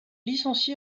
licencié